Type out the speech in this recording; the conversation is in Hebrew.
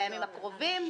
בימים הקרובים?